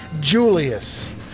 Julius